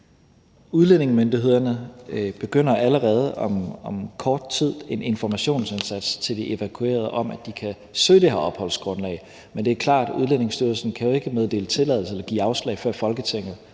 Udlændingemyndighederne begynder allerede om kort tid på en informationsindsats, hvor de evakuerede oplyses om, at de kan søge det her opholdsgrundlag, men det er klart, at Udlændingestyrelsen jo ikke kan meddele tilladelse eller give afslag, før Folketinget